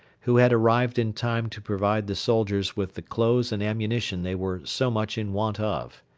who had arrived in time to provide the soldiers with the clothes and ammunition they were so much in want of.